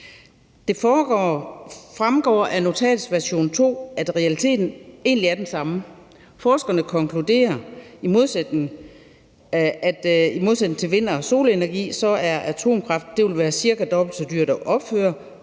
Det fremgår af notatets version 2, at realiteten egentlig er den samme. Forskerne konkluderer, at i modsætning til vind- og solenergi vil atomkraft være cirka dobbelt så dyrt at opføre,